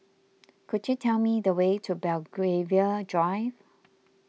could you tell me the way to Belgravia Drive